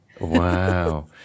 Wow